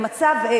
במצב,